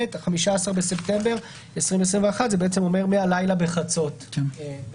(15 בספטמבר 2021). זה אומר מהלילה בחצות ודקה.